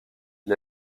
ils